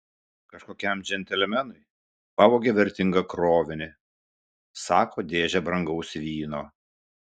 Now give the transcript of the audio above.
kažkokiam džentelmenui pavogė vertingą krovinį sako dėžę brangaus vyno